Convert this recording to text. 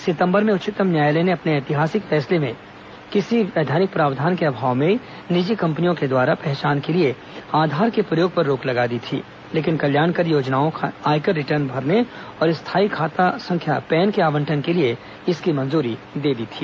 सितंबर में उच्चतम न्यायालय ने अपने ऐतिहासिक फैसले में किसी वैधानिक प्रावधान के अभाव में निजी कंपनियों के द्वारा पहचान के लिए आधार के प्रयोग पर रोक लगा दी थी लेकिन कल्याणकारी योजनाओं आयकर रिटर्न भरने और स्थाई खाता संख्या पैन के आवंटन के लिए इसकी मंजूरी दी थी